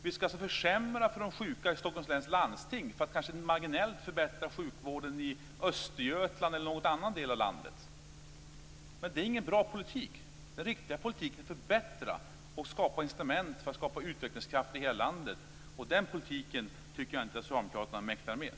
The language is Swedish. Vi skall försämra för de sjuka i Stockholms läns landsting för att marginellt förbättra sjukvården i Östergötland eller i någon annan del av landet. Det är ingen bra politik. Den riktiga politiken är att förbättra och skapa incitament för att skapa utvecklingskraft i hela landet. Den politiken tycker jag inte att socialdemokraterna mäktar med.